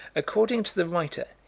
according to the writer,